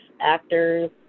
actors